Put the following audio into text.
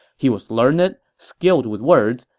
he was learned, skilled with words,